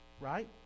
right